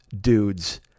dudes